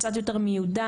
וקצת יותר מיודע,